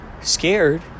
scared